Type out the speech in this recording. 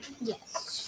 Yes